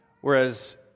Whereas